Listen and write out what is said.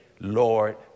Lord